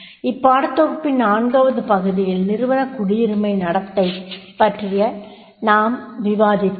இப்பாடத் தொகுப்பின் 4 வது பகுதியில் நிறுவன குடியுரிமை நடத்தை பற்றி நாம் விவாதித்தோம்